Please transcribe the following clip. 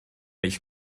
ich